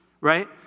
right